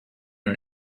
and